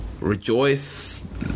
rejoice